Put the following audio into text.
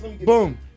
Boom